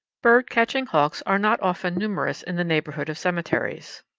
bird-catching hawks are not often numerous in the neighbourhood of cemeteries.